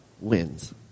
wins